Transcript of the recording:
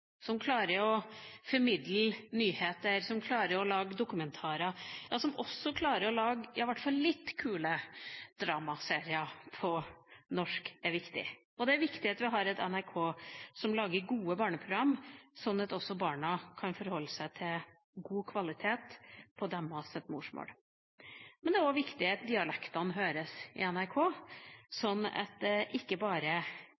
som klarer å formidle nyheter, som klarer å lage dokumentarer, ja, som også klarer å lage i hvert fall litt kule dramaserier på norsk, er viktig. Og det er viktig at vi har NRK som lager gode barneprogram, sånn at også barna kan forholde seg til god kvalitet på sitt morsmål. Men det er også viktig at dialektene høres i NRK,